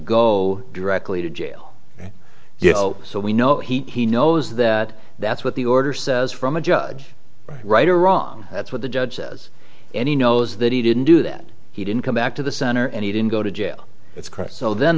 go directly to jail you know so we know he knows that that's what the order says from a judge right or wrong that's what the judge says any knows that he didn't do that he didn't come back to the center and he didn't go to jail it's